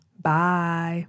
Bye